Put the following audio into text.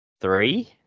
three